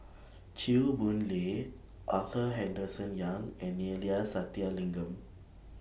Chew Boon Lay Arthur Henderson Young and Neila Sathyalingam